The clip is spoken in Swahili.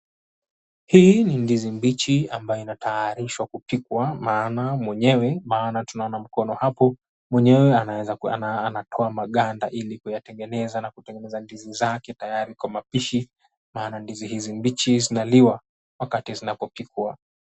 Hii ni ndizi mbichi ambayo inatayarishwa kupikwa. Maana mwenyewe maana tunaona mkono hapo mwenyewe anaweza anatoa maganda ili kuyatengeneza na kutengeneza ndizi zake tayari kwa mapishi, maana ndizi hizi mbichi zinaliwa wakati zinapopikwa.